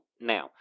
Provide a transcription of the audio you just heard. Now